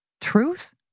Truth